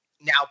Now